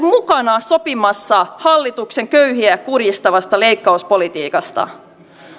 mukana sopimassa hallituksen köyhiä kurjistavasta leikkauspolitiikasta